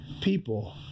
people